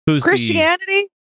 christianity